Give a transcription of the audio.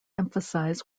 emphasize